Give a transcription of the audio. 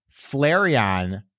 Flareon